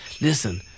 Listen